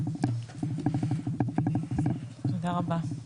תודה רבה.